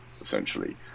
essentially